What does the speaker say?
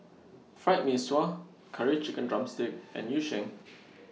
Fried Mee Sua Curry Chicken Drumstick and Yu Sheng